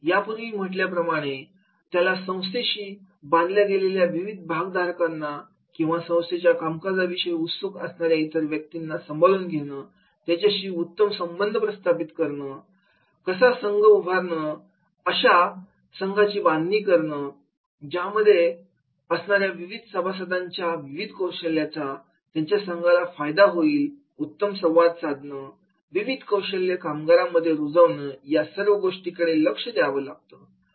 यापूर्वीच पाहिल्याप्रमाणे त्याला संस्थेशी बांधल्या गेलेल्या विविध भागधारकांना किंवा संस्थेच्या कामकाजाविषयी उत्सुक असणाऱ्या इतर व्यक्तींना सांभाळून घेणं त्यांच्याशी उत्तम संबंध प्रस्थापित करणं कसा संघ उभारणं किंवा एका अशा संघाची बांधणी करणं ज्यामध्ये असणाऱ्या विविध सभासदांच्या विविध कौशल्यांचा त्या संघाला फायदा होईल उत्तम संवाद साधणं विविध कौशल्य कामगारां मध्ये रुजवणं या सर्व गोष्टींकडे लक्ष द्यावं लागतं